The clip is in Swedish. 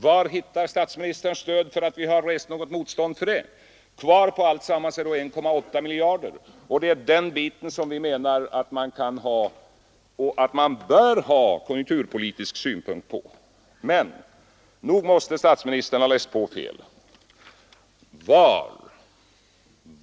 Var hittar statsministern stöd för att vi har rest något motstånd mot det? — Kvar på alltsammans är då 1,8 miljarder kronor, och det är den biten som vi menar att man kan och bör ha konjunkturpolitisk synpunkt på. Men nog måste statsministern ha läst på fel!